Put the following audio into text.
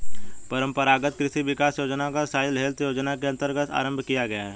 परंपरागत कृषि विकास योजना को सॉइल हेल्थ योजना के अंतर्गत आरंभ किया गया है